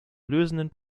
lösenden